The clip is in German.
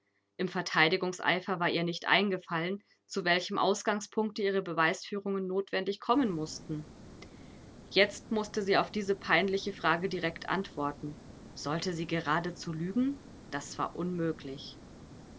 im verteidigungseifer war ihr nicht eingefallen zu welchem ausgangspunkte ihre beweisführungen notwendig kommen mußten jetzt mußte sie auf diese peinliche frage direkt antworten sollte sie geradezu lügen das war unmöglich